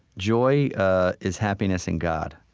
joy is happiness in god.